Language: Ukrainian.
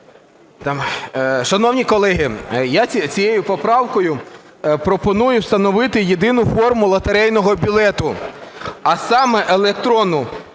Шановні колеги, я цією поправкою пропоную встановити єдину форму лотерейного білету, а саме електронну.